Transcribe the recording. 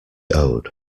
owed